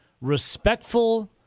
respectful